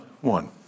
One